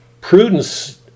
Prudence